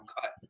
cut